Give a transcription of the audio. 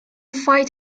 fight